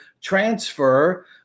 transfer